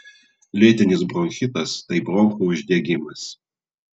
lėtinis bronchitas tai bronchų uždegimas